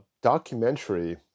documentary